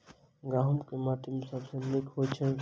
गहूम केँ माटि मे सबसँ नीक होइत छै?